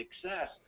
success